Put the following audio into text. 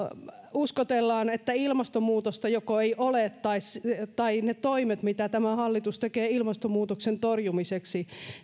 uskotellaan että ilmastonmuutosta joko ei ole tai että ne toimet mitä tämä hallitus tekee ilmastonmuutoksen torjumiseksi